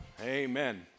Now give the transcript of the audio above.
Amen